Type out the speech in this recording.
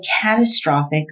catastrophic